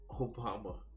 Obama